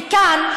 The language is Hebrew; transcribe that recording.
וכאן,